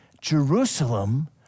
Jerusalem